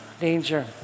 danger